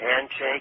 handshake